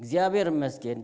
yeah we had a miscarriage